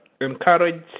encourage